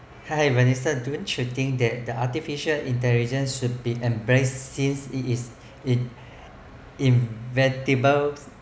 !hey! melissa don't you think that the artificial intelligence should be embraced since it in in inevitable